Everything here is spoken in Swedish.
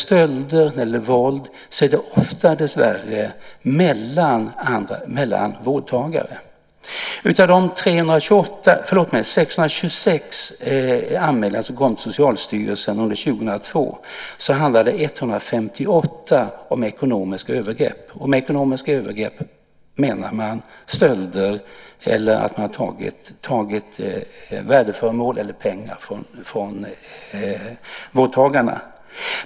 Stölder eller våld utövas dessvärre ofta mellan vårdtagare. Av de 626 anmälningar som kom till Socialstyrelsen under 2002 handlade 158 om ekonomiska övergrepp. Med ekonomiska övergrepp menas stölder, det vill säga tillgripande av värdeföremål eller pengar från vårdtagarna.